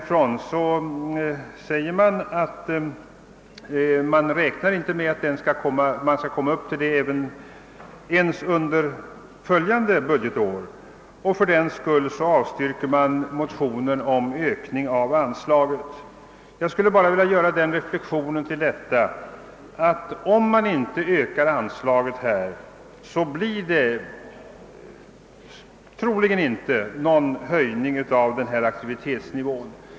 Från den utgångspunkten anför utskottet att det inte räknar med att aktivitetsgraden ens under följande budgetår skall uppnås, och med denna motivering avstyrkes motionen om en ökning av anslaget. Jag skulle bara med anledning härav vilja göra den reflexionen att det, om man inte ökar anslaget, troligen inte heller blir någon höjning av aktivitetsnivån.